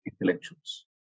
intellectuals